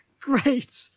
great